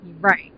Right